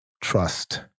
trust